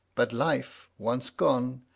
but life, once gone,